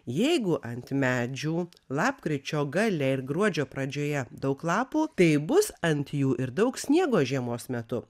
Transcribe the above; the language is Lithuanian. jeigu ant medžių lapkričio gale ir gruodžio pradžioje daug lapų tai bus ant jų ir daug sniego žiemos metu